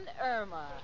Irma